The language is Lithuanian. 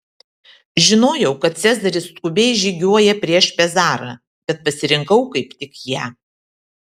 žinojau kad cezaris skubiai žygiuoja prieš pezarą bet pasirinkau kaip tik ją